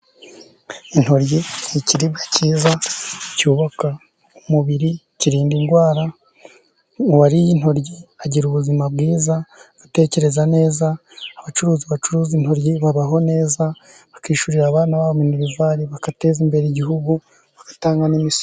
Itoryi ni ikiriribwa cyiza cyubaka umubiri, kirinda indwara. Uwariye intoryi agira ubuzima bwiza, atekereza neza. Abacuruzi bacuruza intori babaho neza, bakishyurira abana babo minerivari, bagateza imbere igihugu, bagatanga n'imisoro.